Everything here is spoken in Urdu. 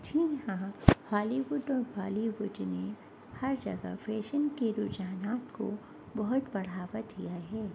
جی ہاں ہاں ہالیووڈ اور بالیووڈ نے ہر جگہ فیشن کے رجحانات کو بہت بڑھاوا دیا ہے